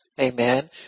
Amen